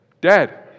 Dead